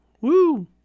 Woo